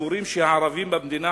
סבורים שהערבים במדינה,